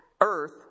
earth